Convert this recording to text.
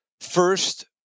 first